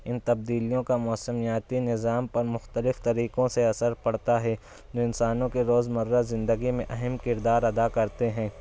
ان تبدیلیوں کا موسمیاتی نظام پر مختلف طریقوں سے اثر پڑتا ہے جو انسانوں کے روزمرہ زندگی میں اہم کردار ادا کرتے ہیں